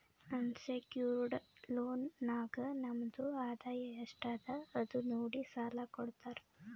unsecured loan ನಾಗ್ ನಮ್ದು ಆದಾಯ ಎಸ್ಟ್ ಅದ ಅದು ನೋಡಿ ಸಾಲಾ ಕೊಡ್ತಾರ್